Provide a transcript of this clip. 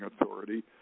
Authority